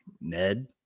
Ned